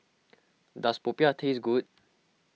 does Popiah taste good